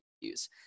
use